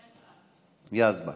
יזבָק.